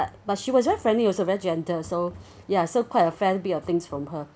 but she was very friendly also very gentle so ya so quite a fair bit of things from her